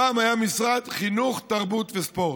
פעם היה משרד החינוך, התרבות והספורט,